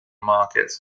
market